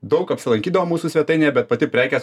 daug apsilankydavo mūsų svetainėje bet pati prekės